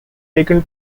taken